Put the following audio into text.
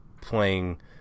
playing